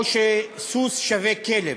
או שסוס שווה כלב.